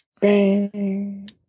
bang